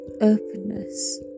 openness